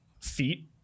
feet